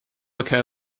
occur